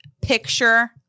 Picture